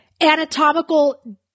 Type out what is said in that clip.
anatomical